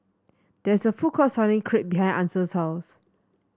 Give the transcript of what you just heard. there is a food court selling Crepe behind Ansel's house